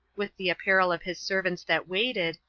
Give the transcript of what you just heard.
with the apparel of his servants that waited,